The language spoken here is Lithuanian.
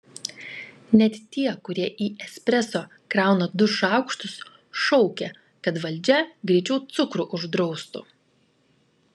net tie kurie į espreso krauna du šaukštus šaukia kad valdžia greičiau cukrų uždraustų